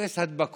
יש אפס הדבקות